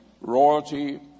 Royalty